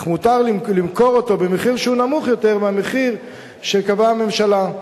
אך מותר למכור אותו במחיר נמוך יותר מהמחיר שקבעה הממשלה.